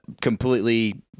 completely